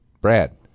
Brad